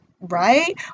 right